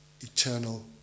eternal